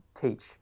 teach